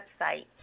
website